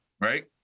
right